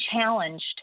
challenged